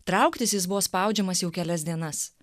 trauktis jis buvo spaudžiamas jau kelias dienas